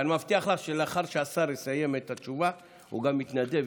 אני מבטיח לך שלאחר שהשר יסיים את התשובה הוא גם יתנדב,